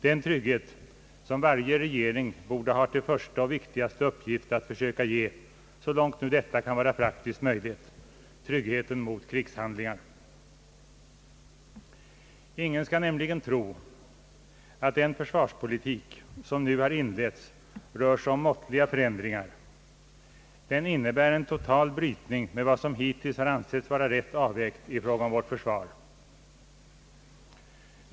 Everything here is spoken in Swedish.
Den trygghet som varje regering borde ha till första och viktigaste uppgift att försöka ge medborgarna — så långt detta nu kan vara praktiskt möjligt — tryggheten mot krigshandlingar. Ingen skall nämligen tro att den försvarspolitik som nu har inletts rör sig om måttliga förändringar. Den innebär en total brytning med vad som hittills har ansetts vara rätt avvägt i fråga om vårt försvar.